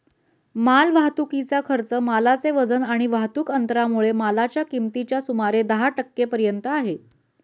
माल वाहतुकीचा खर्च मालाचे वजन आणि वाहतुक अंतरामुळे मालाच्या किमतीच्या सुमारे दहा टक्के पर्यंत आहे